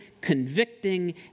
convicting